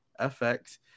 FX